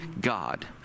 God